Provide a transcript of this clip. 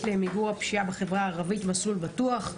למיגור הפשיעה בחברה הערבית "מסלול בטוח".